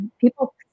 people